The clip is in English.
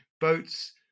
Boats